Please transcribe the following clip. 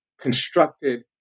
constructed